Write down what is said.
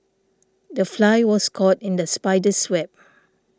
the fly was caught in the spider's web